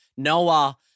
Noah